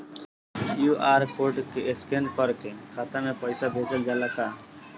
QR code scan करके खाता में पैसा भेजल जाला का?